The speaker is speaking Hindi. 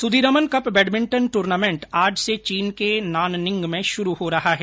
सुदीरमन कप बैडमिंटन ट्र्नामेंट आज से चीन के नाननिंग में शुरू हो रहा है